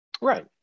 Right